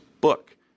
book